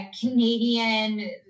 Canadian